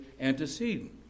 antecedent